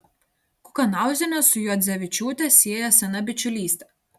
kukanauzienę su juodzevičiūte sieja sena bičiulystė